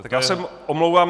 Tak já se omlouvám.